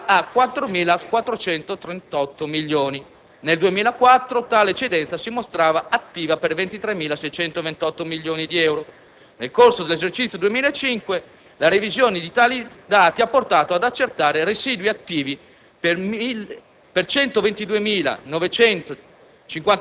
pari a 4.438 milioni (nel 2004 tale eccedenza si mostrava attiva per 23.628 milioni di euro). Nel corso dell'esercizio 2005 la revisione di tali dati ha portato ad accertare residui attivi per 122.959